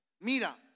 mira